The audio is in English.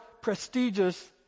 prestigious